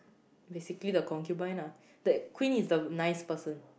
basically the concubine ah the queen is the nice person